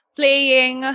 playing